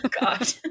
God